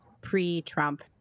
pre-Trump